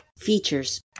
features